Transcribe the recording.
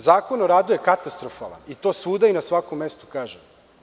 Zakon o radu je katastrofalan i to svuda i na svakom mestu kažem.